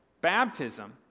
baptism